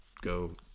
go